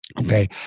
Okay